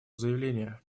заявление